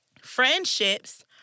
friendships